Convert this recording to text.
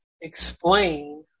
explain